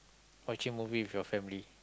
watching movie with your family